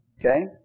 Okay